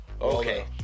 okay